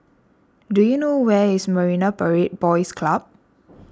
do you know where is Marine Parade Boys Club